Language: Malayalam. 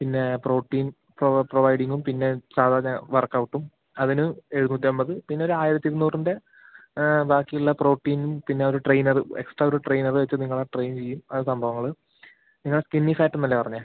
പിന്നെ പ്രോട്ടീൻ പ്രൊവൈഡിംഗും പിന്നെ സാധാരണ വർക്കൗട്ടും അതിന് എഴുന്നൂറ്റമ്പത് പിന്നെ ഒര് ആയിരത്തി ഇരുന്നൂറിൻ്റ ബാക്കിയുള്ള പ്രോട്ടീനും പിന്നെ ഒരു ട്രെയിനറ് എക്സ്ട്രാ ഒരു ട്രെയിനറെ വച്ച് നിങ്ങളെ ട്രെയിൻ ചെയ്യും ആ സംഭവങ്ങൾ ഇതിനെ സ്ക്കിന്നി ഫാറ്റ് എന്ന് അല്ലെ പറഞ്ഞത്